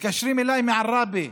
מתקשרים אליי מעראבה,